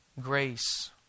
grace